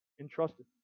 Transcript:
entrusted